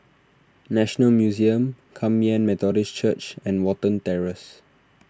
National Museum Kum Yan Methodist Church and Watten Terrace